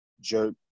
jerk